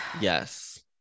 Yes